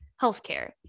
healthcare